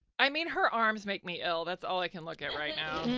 i mean, her arms make me ill, that's all i can look at right now.